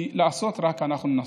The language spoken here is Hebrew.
כי לעשות, רק אנחנו נעשה.